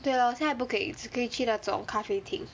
对 lor 现在不可以只可以去那种咖啡厅